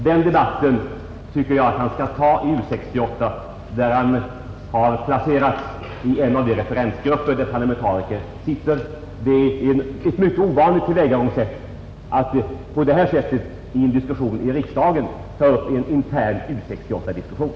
Den debatten tycker jag dock att herr Nordstrandh skall föra i U 68, där han har placerats i den referensgrupp där parlamentariker sitter med. Det är ett ovanligt tillvägagångssätt att i en diskussion i riksdagen ta upp en intern U 68-diskussion.